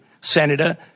Senator